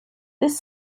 this